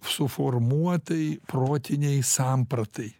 suformuotai protinei sampratai